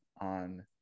on